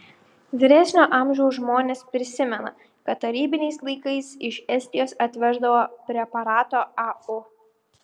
vyresnio amžiaus žmonės prisimena kad tarybiniais laikais iš estijos atveždavo preparato au